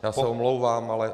Já se omlouvám, ale...